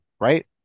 right